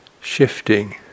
shifting